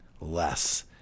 less